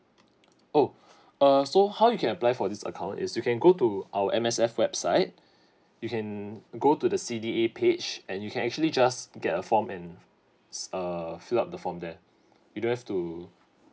oh err so how you can apply for this account is you can go to our M_S_F website you can go to the C D A page and you can actually just get a form and s~ err fill up the form there you don't have to